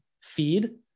feed